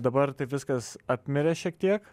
dabar taip viskas apmirė šiek tiek